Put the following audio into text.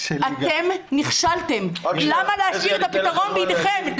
אתם נכשלתם, למה להשאיר את הפתרון בידיכם?